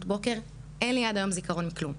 בוקר אין לי עד היום זיכרון על כלום.